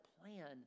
plan